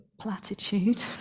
platitude